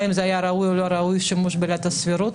האם זה היה ראוי או לא ראוי שימוש בעילת הסבירות?